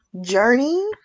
journey